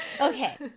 okay